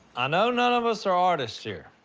i know none of us are artists here.